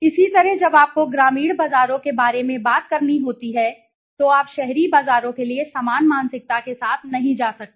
इसी तरह जब आपको ग्रामीण बाजारों के बारे में बात करनी होती है तो आप शहरी बाजारों के लिए समान मानसिकता के साथ नहीं जा सकते